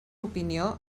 opinió